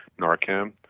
Narcan